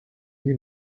you